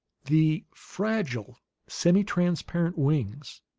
the fragile semitransparent wings,